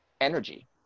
energy